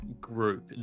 group